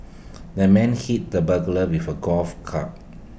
the man hit the burglar with A golf club